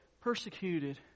persecuted